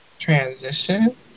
transition